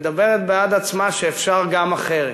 מדברת בעד עצמה, שאפשר גם אחרת.